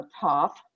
top